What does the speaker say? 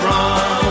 Run